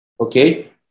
Okay